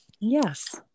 Yes